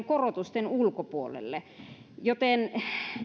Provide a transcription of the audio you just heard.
korotusten ulkopuolelle joten